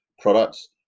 products